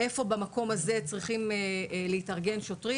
איפה במקום הזה צריכים להתארגן שוטרים?